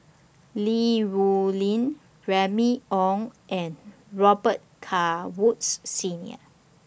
Li Rulin Remy Ong and Robet Carr Woods Senior